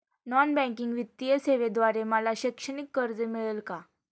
Non banking वित्तीय सेवेद्वारे मला शैक्षणिक कर्ज मिळेल का?